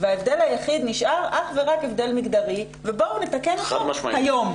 ההבדל היחיד שנשאר הוא אך ורק הבדל מגדרי ובואו נתקן אותו היום.